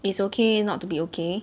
it's okay not to be okay